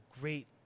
great